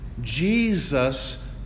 Jesus